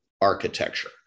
architecture